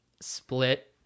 split